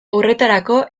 horretarako